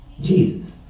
Jesus